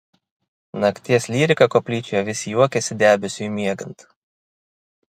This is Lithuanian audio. nakties lyrika koplyčioje vis juokėsi debesiui miegant